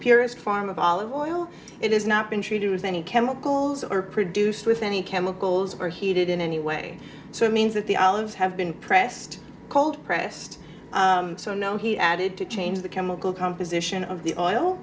purist form of olive oil it is not been treated with any chemicals or produced with any chemicals or heated in any way so it means that the olives have been pressed cold pressed so no he added to change the chemical composition of the oil